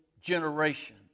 generation